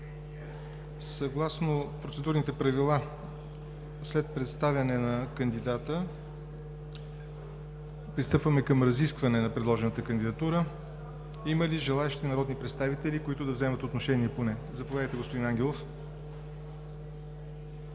Съгласно процедурните правила след представяне на кандидата пристъпваме към разискване на предложената кандидатура. Има ли желаещи народни представители, които да вземат отношение? Заповядайте, господин Ангелов.